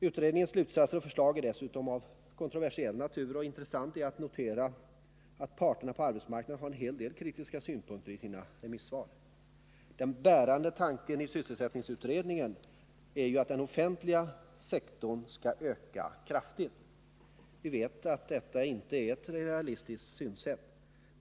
Utredningens slutsatser och förslag är dessutom av kontroversiell natur, och intressant är att notera att parterna på arbetsmarknaden hade en hel del kritiska synpunkter i sina remissvar. Den bärande tanken i sysselsättningsutredningen är att den offentliga sektorn skall öka kraftigt. Vi vet att detta inte är ett realistiskt synsätt.